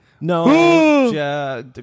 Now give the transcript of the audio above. No